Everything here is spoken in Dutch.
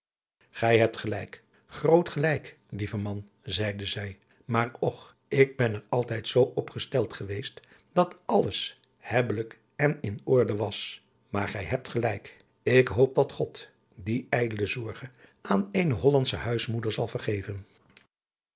gij hebt gelijk groot gelijk lieve man zeide zij maar och ik ben er altijd zoo op gesteld geweest dat alles hebbelijk en in orde was maar gij hebt gelijk ik hoop dat god die ijdele zorge aan eene hollandsche huismoeder zal vergeven